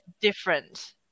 different